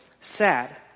sad